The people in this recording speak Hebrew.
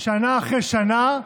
שנה אחרי שנה.